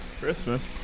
Christmas